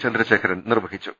ചന്ദ്രശേഖരൻ നിർവ ഹിച്ചു